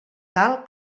cal